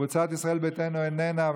קבוצת סיעת ישראל ביתנו איננה,